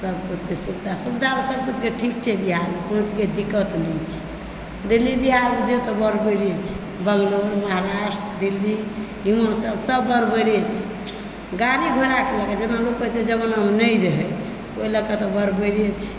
सब किछुकेँ सुविधा सुविधा सब किछुके ठीक छै बिहारमे कोनो चीजके दिक्कत नहि छै दिल्ली बिहार बुझियौ तऽ बराबरे छै बेङ्गलोर महाराष्ट्र दिल्ली हिमाचल सब बराबरे छै गाड़ी घोड़ाके लए कऽ जेना लोक कहै छै ओहि जमानामे नहि रहै ओहि लए कऽ तऽ बराबरे छै